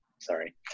Sorry